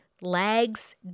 legs